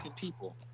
people